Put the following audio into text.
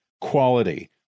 quality